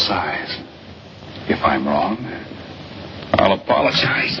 side if i'm wrong i'll apologize